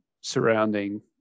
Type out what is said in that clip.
surrounding